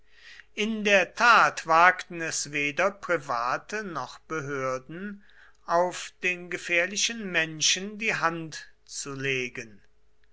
in der tat wagten es weder private noch behörden auf den gefährlichen menschen die hand zulegen